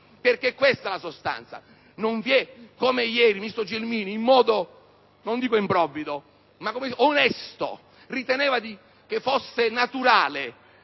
Nord. Questa è la sostanza. Ieri, il ministro Gelmini, in modo non dico improvvido ma onesto, riteneva che fosse naturale